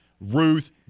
Ruth